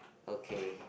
okay